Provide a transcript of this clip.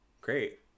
Great